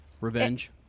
Revenge